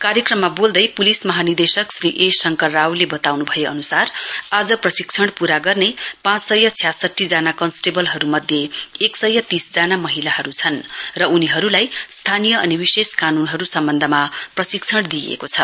कार्यक्रममा बोल्दै पुलिस महानिर्देशक श्री ए शंकर रावले बताउनु भए अनुसार आज प्रशिक्षण पूरा गर्ने पाँच सय छ्यासठीजना कन्सटेबलहरूमध्ये एक सय तीसजना महिलाहरू छन् र उनीहरूलाई स्थानीय अनि विशेष कानुनहरू सम्बन्धमा प्रशिक्षण दिइएको छ